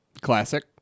Classic